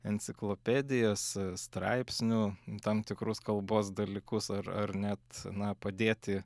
enciklopedijos straipsnių tam tikrus kalbos dalykus ar ar net na padėti